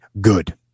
good